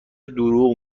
دروغ